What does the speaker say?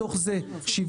מתוך זה 7%,